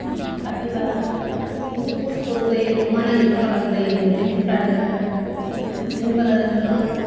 फालिबाथ' बहुत कस्त'बो जायो गुमा नागिरनो गोनां जायो उन्दैनिफोरानो उन्दैनिफ्रायनो